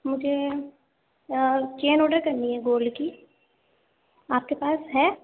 مجھے chain order کرنی ہے گولڈ کی آپ کے پاس ہے